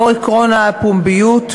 לאור עקרון הפומביות,